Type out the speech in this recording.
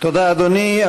תודה, אדוני.